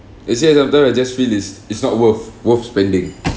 actually I sometimes I just feel is it's not worth worth spending